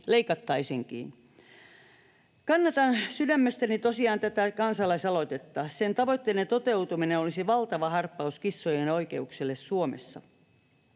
tosiaan sydämestäni tätä kansalaisaloitetta. Sen tavoitteiden toteutuminen olisi valtava harppaus kissojen oikeuksille Suomessa.